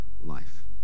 life